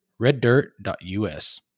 reddirt.us